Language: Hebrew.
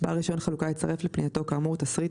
בעל רישיון חלוקה יצרף לפנייתו כאמור תשריט